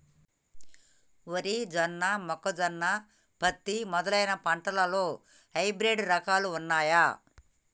వరి జొన్న మొక్కజొన్న పత్తి మొదలైన పంటలలో హైబ్రిడ్ రకాలు ఉన్నయా?